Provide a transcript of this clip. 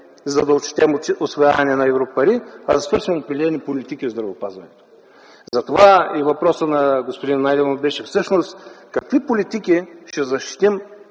за да отчетем усвояване на европари, а да извършим определени политики в здравеопазването. Затова и въпросът на господин Найденов беше всъщност: какви политики ще защитим